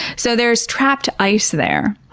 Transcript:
so there's trapped ice there.